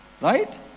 Right